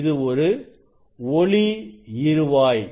இது ஒரு ஒளிஇருவாய்